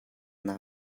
naa